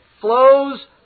flows